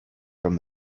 from